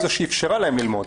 היא זו שאפשרה להם ללמוד.